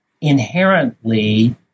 inherently